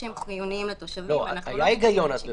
שהם חיוניים לתושבים --- היה היגיון אז,